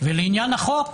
ולעניין החוק,